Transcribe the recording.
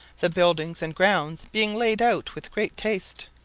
the buildings and grounds being laid out with great taste.